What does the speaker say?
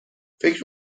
فکر